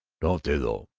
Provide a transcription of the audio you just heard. don't they, though!